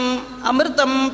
Amritam